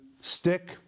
stick